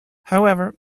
however